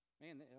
man